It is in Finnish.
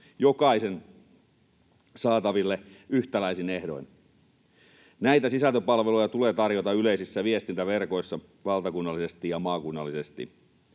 jokaisen saataville yhtäläisin ehdoin. Näitä sisältöpalveluja tulee tarjota yleisissä viestintäverkoissa valtakunnallisesti ja maakunnallisesti.